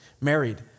married